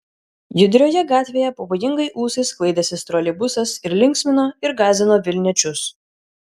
judrioje gatvėje pavojingai ūsais sklaidęsis troleibusas ir linksmino ir gąsdino vilniečius